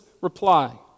reply